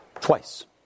Twice